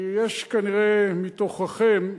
כי יש כנראה מתוככם,